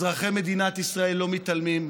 אזרחי מדינת ישראל לא מתעלמים,